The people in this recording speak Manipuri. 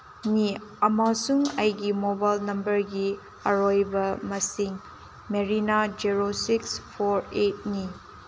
ꯅꯤ ꯑꯃꯁꯨꯡ ꯑꯩꯒꯤ ꯃꯣꯕꯥꯏꯜ ꯅꯝꯕꯔꯒꯤ ꯑꯔꯣꯏꯕ ꯃꯁꯤꯡ ꯃꯔꯤꯅ ꯖꯦꯔꯣ ꯁꯤꯛꯁ ꯐꯣꯔ ꯑꯩꯠꯅꯤ